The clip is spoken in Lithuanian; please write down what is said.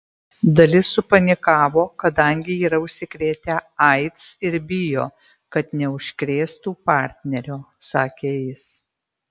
dalis supanikavo kadangi yra užsikrėtę aids ir bijo kad neužkrėstų partnerio sakė jis